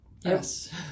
Yes